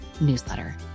newsletter